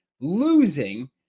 Losing